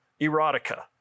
erotica